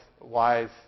wise